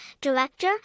director